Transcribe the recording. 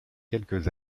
quelques